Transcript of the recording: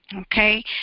Okay